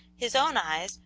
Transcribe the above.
his own eyes,